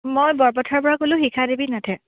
মই বৰপথাৰ পা ক'লোঁ শিখা দেৱী নাথে